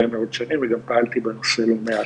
מאוד שנים וגם פעלתי בנושא לא מעט,